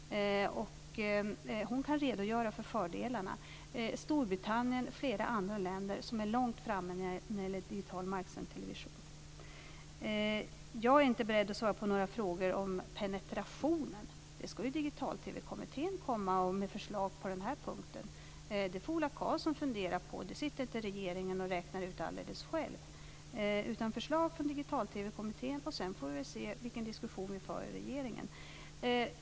Hon kan redogöra för fördelarna. Storbritannien och flera andra länder är också långt framme när det gäller digital marksänd television. Jag är inte beredd att svara på några frågor om penetrationen. På den punkten ska ju Digital-TV kommittén komma med förslag. Det får Ola Karlsson fundera på. Det sitter inte regeringen och räknar ut alldeles själv. Först ska det komma förslag från Digital-TV-kommittén, och sedan får vi se vilken diskussion vi för i regeringen.